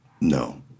no